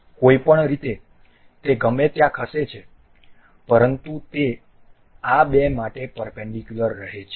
કોઈપણ રીતે તે ગમે ત્યાં ખસે છે પરંતુ તે આ બે માટે પરપેન્ડીકુલર રહે છે